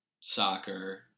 soccer